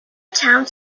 towns